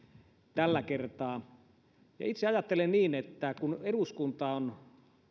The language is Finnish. tällä kertaa ja itse ajattelen niin että kun eduskunta on